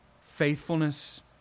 faithfulness